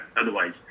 Otherwise